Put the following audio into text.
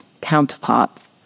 counterparts